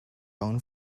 own